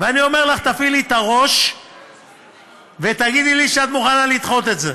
ואני אומר לך: תפעילי את הראש ותגידי לי שאת מוכנה לדחות את זה,